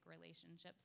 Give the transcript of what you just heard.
relationships